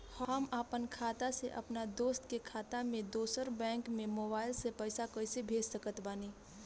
हम आपन खाता से अपना दोस्त के खाता मे दोसर बैंक मे मोबाइल से पैसा कैसे भेज सकत बानी?